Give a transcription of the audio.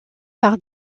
par